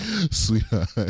Sweetheart